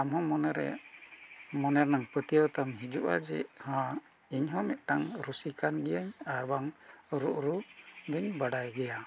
ᱟᱢᱦᱚᱸ ᱢᱚᱱᱮ ᱨᱮ ᱢᱚᱱᱮ ᱨᱮᱱᱟᱜ ᱯᱟᱹᱛᱭᱟᱹᱣ ᱛᱟᱢ ᱦᱤᱡᱩᱜᱼᱟ ᱡᱮ ᱦᱚᱸ ᱤᱧᱦᱚᱸ ᱢᱤᱫᱴᱟᱝ ᱨᱩᱥᱤᱠᱟ ᱠᱟᱱ ᱜᱤᱭᱟᱹᱧ ᱟᱨ ᱵᱟᱝ ᱨᱩ ᱨᱩ ᱫᱚᱧ ᱵᱟᱰᱟᱭ ᱜᱮᱭᱟ